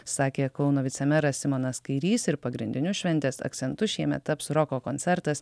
sakė kauno vicemeras simonas kairys ir pagrindiniu šventės akcentu šiemet taps roko koncertas